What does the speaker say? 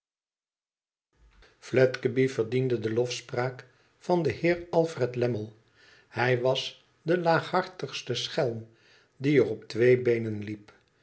fledgeby verdiende de lofepraak van den heer alfired lammie hij was de laaghartigste schelm die er op twee beenen liep